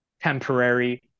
temporary